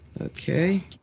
Okay